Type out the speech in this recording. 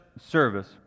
service